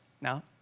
Now